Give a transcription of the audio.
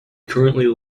currently